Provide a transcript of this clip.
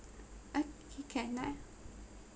okay can I